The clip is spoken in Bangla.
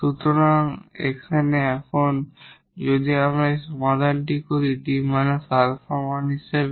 সুতরাং এখানে এখন যদি আপনি এটি সমাধান করেন 𝐷 𝛼1 হিসেবে